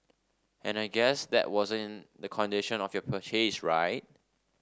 and I guess that wasn't the condition of your purchase right